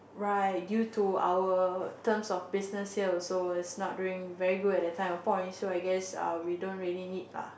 right due to our terms of business here also it's not doing very good at that time of point so I guess uh we don't rally need lah